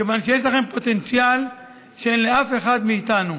כיוון שיש לכם פוטנציאל שאין לאף אחד מאיתנו.